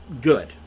good